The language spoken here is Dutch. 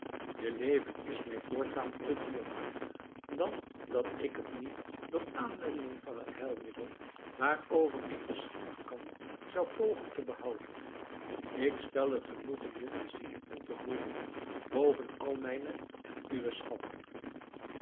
je leven is mij voortaan te dierbaar dan dat ik het niet door aanwending van het heilmiddel waarover ik beschikken kan zou pogen te behouden ik stel het genoegen je te zien en te hooren boven al mijne en uwe schatten